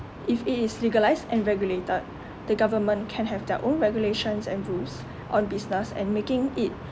if it is legalised and regulated the government can have their own regulations and rules on business and making it